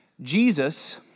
Jesus